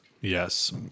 Yes